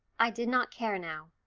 i did not care now.